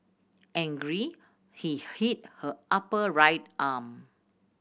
angry he hit her upper right arm